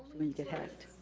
get hacked.